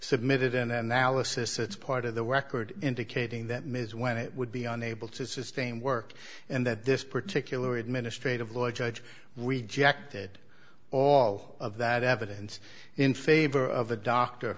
submitted an analysis it's part of the record indicating that ms when it would be unable to sustain work and that this particular administrative law judge rejected all of that evidence in favor of the doctor